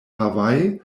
hawaii